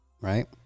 Right